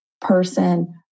person